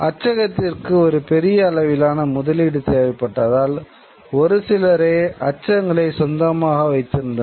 அச்சகத்திற்கு ஒரு பெரிய அளவிலான முதலீடு தேவைப்பட்டதால் ஒரு சிலரே அச்சகங்களை சொந்தமாக வைத்திருந்தனர்